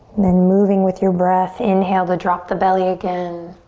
then moving with your breath inhale to drop the belly again.